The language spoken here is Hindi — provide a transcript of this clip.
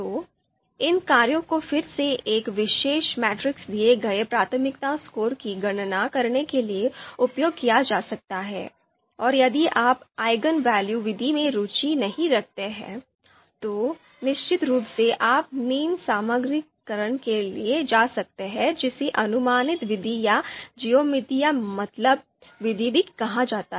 तो इन कार्यों को फिर से एक विशेष मैट्रिक्स दिए गए प्राथमिकता स्कोर की गणना करने के लिए उपयोग किया जा सकता है और यदि आप Eigenvalue विधि में रुचि नहीं रखते हैं तो निश्चित रूप से आप मीन सामान्यीकरण के लिए जा सकते हैं जिसे अनुमानित विधि या ज्यामितीय मतलब विधि भी कहा जाता है